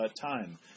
time